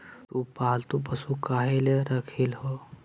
तु पालतू पशु काहे ला रखिली हें